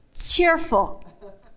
Cheerful